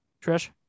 Trish